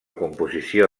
composició